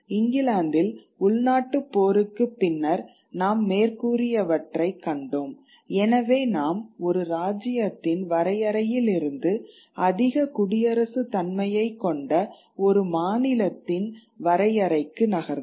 இங்கிலாந்தில் உள்நாட்டுப் போருக்குப் பின்னர் நாம் மேற்கூறியவற்றை கண்டோம் எனவே நாம் ஒரு ராஜ்யத்தின் வரையறையிலிருந்து அதிக குடியரசு தன்மையை கொண்ட கொண்ட ஒரு மாநிலத்தின் வரையறைக்கு நகர்ந்தோம்